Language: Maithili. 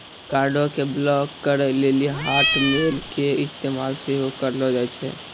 कार्डो के ब्लाक करे लेली हाटमेल के इस्तेमाल सेहो करलो जाय छै